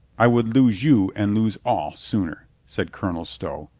i would lose you and lose all sooner, said colonel stow.